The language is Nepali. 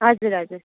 हजुर हजुर